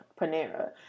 Panera